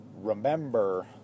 remember